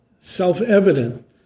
Self-evident